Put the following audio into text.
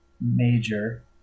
major